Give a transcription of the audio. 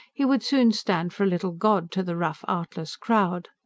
he would soon stand for a little god to the rough, artless crowd.